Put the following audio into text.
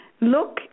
Look